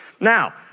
Now